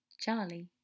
Charlie